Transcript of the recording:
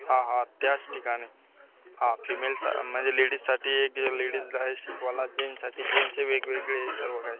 हा हा त्याच ठिकाणी हां फिमेलचा म्हणजे लेडीजसाठी एक ती लेडीज राहील शिकवायला जेनसाठी जेन्सचे वेगवेगळे आहे सर्व काही